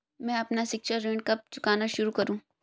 मैं अपना शिक्षा ऋण कब चुकाना शुरू करूँ?